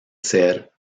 ser